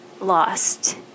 lost